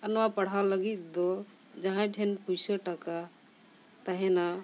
ᱟᱨ ᱱᱚᱣᱟ ᱯᱟᱲᱦᱟᱣ ᱞᱟᱹᱜᱤᱫ ᱫᱚ ᱡᱟᱦᱟᱸᱭ ᱴᱷᱮᱱ ᱯᱚᱭᱥᱟ ᱴᱟᱠᱟ ᱛᱟᱦᱮᱱᱟ